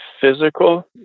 physical